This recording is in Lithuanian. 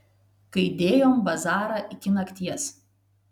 kai dėjom bazarą iki nakties